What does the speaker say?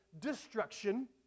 destruction